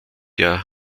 der